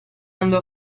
andò